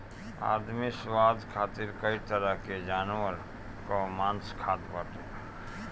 आदमी स्वाद खातिर कई तरह के जानवर कअ मांस खात बाटे